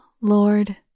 Lord